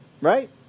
right